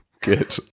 Good